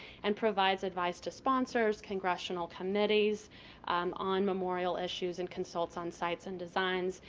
and provides advice to sponsors, congressional committees on memorial issues, and consults on sites and designs.